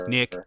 Nick